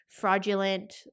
fraudulent